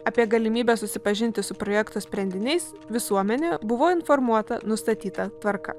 apie galimybę susipažinti su projekto sprendiniais visuomenė buvo informuota nustatyta tvarka